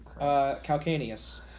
Calcaneus